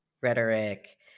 rhetoric